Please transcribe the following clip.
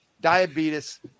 diabetes